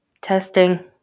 Testing